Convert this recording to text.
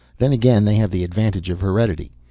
then again they have the advantage of heredity.